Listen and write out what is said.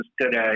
today